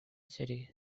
city